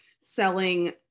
selling